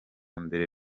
mbere